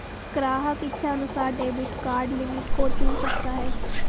ग्राहक इच्छानुसार debit card limit को चुन सकता है